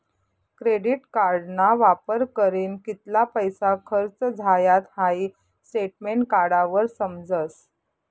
credit कार्डना वापर करीन कित्ला पैसा खर्च झायात हाई स्टेटमेंट काढावर समजस